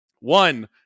One